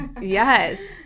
yes